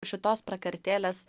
šitos prakartėlės